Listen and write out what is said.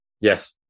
Yes